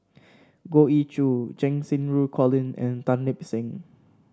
Goh Ee Choo Cheng Xinru Colin and Tan Lip Seng